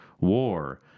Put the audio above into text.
war